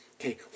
Okay